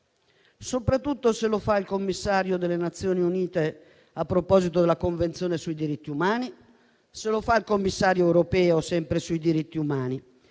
soprattutto se lo fanno il Commissario delle Nazioni Unite a proposito della Convenzione sui diritti umani o il Commissario europeo sui diritti umani,